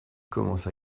commence